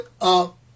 up